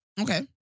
Okay